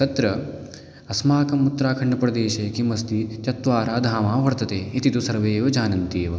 तत्र अस्माकम् उत्तराखण्डप्रदेशे किम् अस्ति चत्वार धामाः वर्तन्ते इति तु सर्वे एव जानन्त्येव